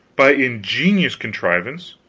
by ingenious contrivance,